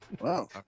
wow